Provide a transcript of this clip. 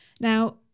Now